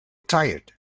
tired